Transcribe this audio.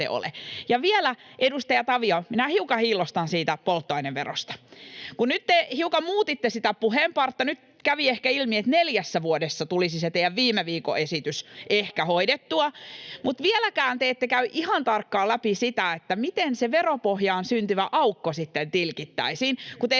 Ja vielä, edustaja Tavio, hiukan hiillostan siitä polttoaineverosta. Kun nyt te hiukan muutitte sitä puheenparttanne, nyt kävi ehkä ilmi, että neljässä vuodessa tulisi se teidän viime viikon esitys ehkä hoidettua, mutta vieläkään te ette käy ihan tarkkaan läpi sitä, miten se veropohjaan syntyvä aukko sitten tilkittäisiin,